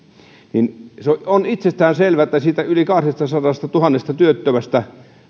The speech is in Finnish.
on itsestäänselvää että siitä yli kahdestasadastatuhannesta työttömästä